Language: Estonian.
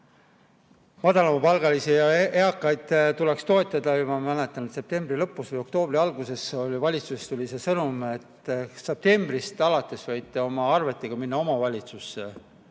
madalamapalgalisi ja eakaid tuleks toetada, ja ma mäletan, et septembri lõpus või oktoobri alguses valitsusest tuli see sõnum, et septembrist alates võite oma arvetega minna omavalitsusse.